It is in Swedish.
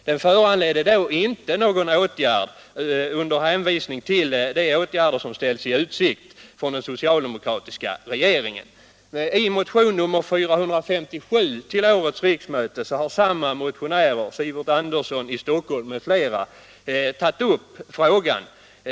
Den föranledde då inte någon åtgärd, under hänvisning till de åtgärder som ställts i utsikt av den socialdemokratiska regeringen. I motionen 457 till årets riksmöte tar samma motionärer, Sivert Andersson i Stockholm m.fl., upp frågan.